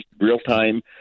real-time